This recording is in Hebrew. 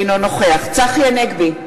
אינו נוכח צחי הנגבי,